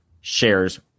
shares